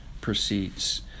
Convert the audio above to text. proceeds